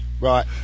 Right